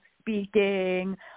speaking